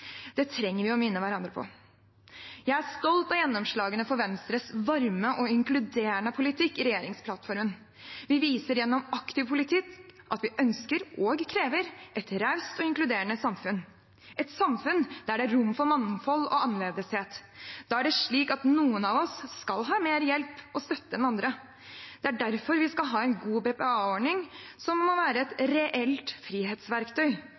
Det trenger vi å minne hverandre på. Jeg er stolt av gjennomslagene for Venstres varme og inkluderende politikk i regjeringsplattformen. Vi viser gjennom aktiv politikk at vi ønsker – og krever – et raust og inkluderende samfunn, et samfunn der det er rom for mangfold og annerledeshet. Da er det slik at noen av oss skal ha mer hjelp og støtte enn andre. Det er derfor vi skal ha en god BPA-ordning, som må være et reelt frihetsverktøy